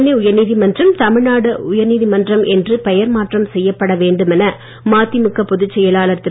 சென்னை உயர்நீதிமன்றம் தமிழ்நாடு உயர்நீதி மன்றம் என்று பெயர்மாற்றம் செய்யப்பட வேண்டும் என மாதிமுக பொதுச் செயலாளர் திரு